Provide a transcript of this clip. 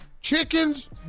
chickens